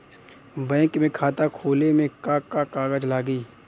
Bank में खाता खोले मे का का कागज लागी?